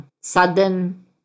sudden